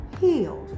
Healed